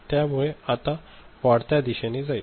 त्या मुळे हे आता वाढत्या दिशेनी जाईल